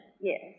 Yes